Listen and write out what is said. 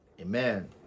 Amen